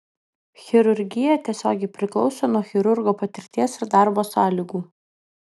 chirurgija tiesiogiai priklauso nuo chirurgo patirties ir darbo sąlygų